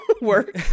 work